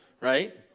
right